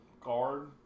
card